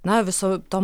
na visom tom